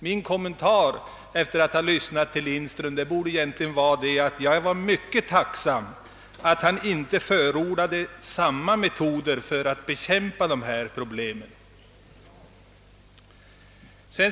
Min kommentar efter att ha lyssnat till herr Lindström borde egentligen bli den att jag är mycket tacksam för att han inte förordade samma metod för att lösa dessa båda problem.